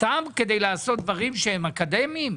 סתם כדי לעשות דברים שהם אקדמיים?